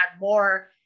more